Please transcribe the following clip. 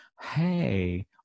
hey